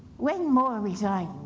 when more resigned,